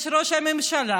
יש ראש ממשלה,